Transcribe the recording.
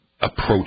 approach